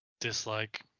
Dislike